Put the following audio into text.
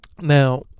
now